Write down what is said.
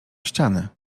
ściany